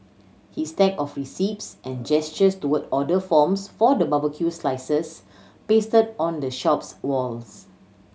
his stack of receipts and gestures toward order forms for the barbecued slices pasted on the shop's walls